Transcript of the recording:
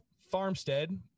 farmstead